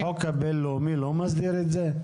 והחוק הבין-לאומי לא מסדיר את זה?